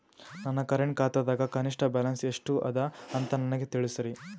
ನನ್ನ ಕರೆಂಟ್ ಖಾತಾದಾಗ ಕನಿಷ್ಠ ಬ್ಯಾಲೆನ್ಸ್ ಎಷ್ಟು ಅದ ಅಂತ ನನಗ ತಿಳಸ್ರಿ